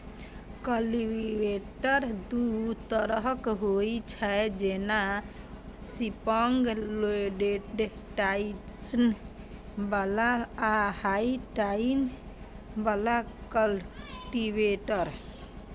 cultivator दू तरहक होइ छै, जेना स्प्रिंग लोडेड टाइन्स बला आ हार्ड टाइन बला कल्टीवेटर